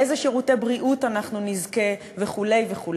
לאיזה שירותי בריאות אנחנו נזכה וכדומה.